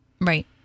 Right